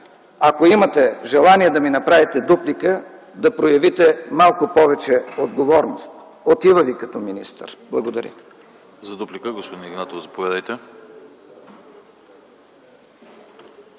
имате желание да ми направите дуплика, да проявите малко повече отговорност – отива Ви като министър. Благодаря.